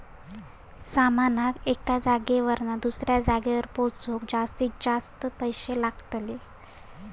सामानाक एका जागेवरना दुसऱ्या जागेवर पोचवूक जास्तीत जास्त किती पैशे लागतले?